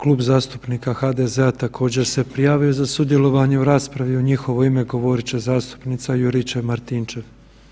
Klub zastupnika HDZ-a također se prijavio za sudjelovanje u raspravi, u njihovo ime govorit će zastupnica Juričev-Martinčev.